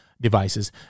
devices